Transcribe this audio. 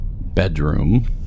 bedroom